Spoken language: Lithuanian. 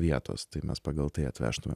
vietos tai mes pagal tai atvežtumėm